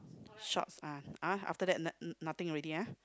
shorts ah after that no~ nothing already ah